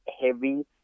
heavy